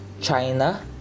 China